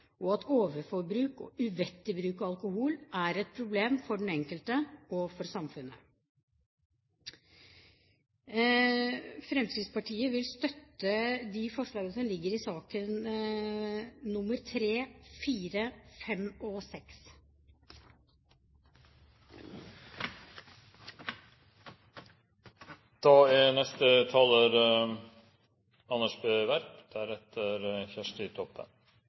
og at overforbruk og uvettig bruk av alkohol er et problem for den enkelte og for samfunnet. Fremskrittspartiet vil støtte forslagene nr. 3, 4, 5 og 6 som ligger i saken. Dette er en positiv sak, og det er